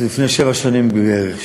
זה מלפני שבע שנים בערך,